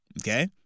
Okay